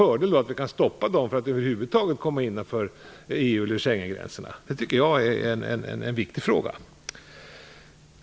Det är ju en fördel om vi kan stoppa dem från att över huvud taget komma innanför EU eller Schengengränserna. Det tycker jag är en viktig fråga.